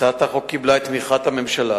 הצעת החוק קיבלה את תמיכת הממשלה.